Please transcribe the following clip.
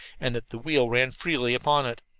and that the wheel ran freely upon it.